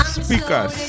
speakers